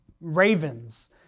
ravens